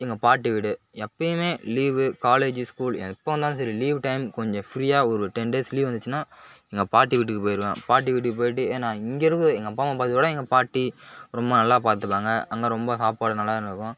எங்கள் பாட்டி வீடு எப்பவுமே லீவ் காலேஜ் ஸ்கூல் எப்போ வந்தாலும் சரி லீவ் டைம் கொஞ்சம் ஃபிரியாக ஒரு டென் டேஸ் லீவ் வந்துச்சுனா எங்கள் பாட்டி வீட்டுக்கு போயிடுவேன் பாட்டி வீட்டுக்கு போயிட்டு ஏன்னா இங்கேருந்து எங்கள் அப்பா அம்மா பாத்துக்கிறத விட எங்கள் பாட்டி ரொம்ப நல்லா பார்த்துக்குவாங்க அங்கே ரொம்ப சாப்பாடு நல்லா இருக்கும்